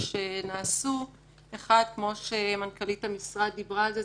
שנעשו: 1. כמו שמנכ"לית המשרד דיברה על זה,